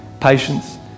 Patience